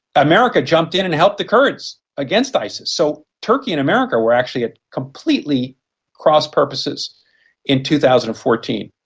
america jumped in and helped the kurds against isis. so turkey and america were actually at completely cross-purposes in two thousand and fourteen.